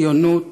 ציונות,